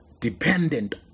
dependent